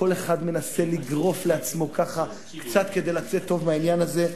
כל אחד מנסה לגרוף לעצמו קצת כדי לצאת טוב מהעניין הזה.